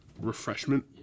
refreshment